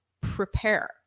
prepare